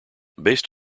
based